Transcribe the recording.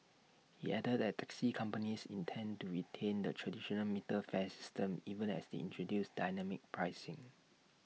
he added that taxi companies intend to retain the traditional metered fare system even as they introduce dynamic pricing